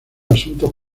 asuntos